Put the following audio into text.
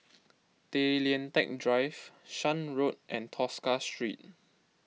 Tay Lian Teck Drive Shan Road and Tosca Street